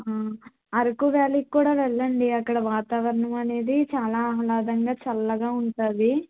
Araku valley కూడా వెళ్ళండి అక్కడ వాతావరణం అనేది చాలా ఆహ్లాదంగా చల్లగా ఉంటుంది